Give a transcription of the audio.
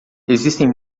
existem